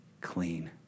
clean